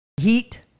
heat